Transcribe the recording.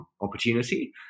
opportunity